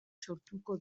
sortuko